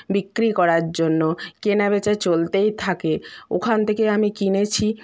বিক্রি করার জন্য কেনা বেচা চলতেই থাকে ওখান থেকে আমি কিনেছি